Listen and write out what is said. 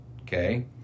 Okay